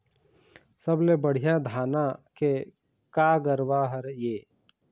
सबले बढ़िया धाना के का गरवा हर ये?